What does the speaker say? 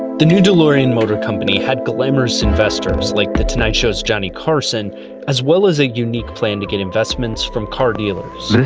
the new delorean motor company had glamorous investors like the tonight show's johnny carson as well as a unique plan to get investments from car dealers.